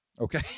Okay